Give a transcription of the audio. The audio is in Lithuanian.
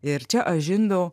ir čia aš žindau